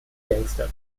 gangster